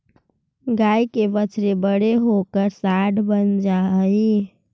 गाय के बछड़े बड़े होकर साँड बन जा हई